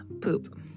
poop